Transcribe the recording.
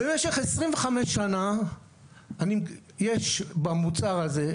במשך 25 שנה יש במוצר הזה,